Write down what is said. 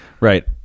Right